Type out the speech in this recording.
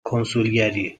کنسولگری